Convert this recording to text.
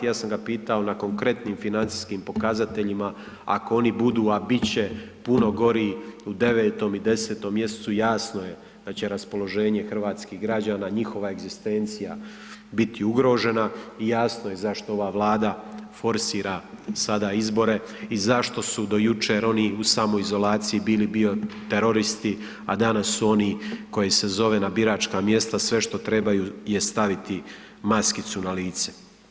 Ja sam ga pitao na konkretnim financijskim pokazateljima ako oni budu, a bit će puno gori u 9.i 10.mjesecu jasno je da će raspoloženje hrvatskih građana i njihova egzistencija biti ugrožena i jasno je zato ova Vlada forsira sada izbore i zašto su do jučer oni u samoizolaciji bili bioteroristi, a danas su oni koje se zove na biračka mjesta, sve što trebaju je staviti maskicu na lice.